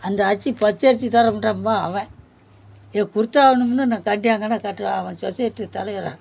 அந்த அரிசி பச்சை அரிசி தரமாட்டேம்பா அவன் இதை கொடுத்தே ஆகணும்னு நான் அவன் சொசைட்டி தலைவராம்